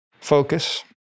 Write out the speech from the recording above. Focus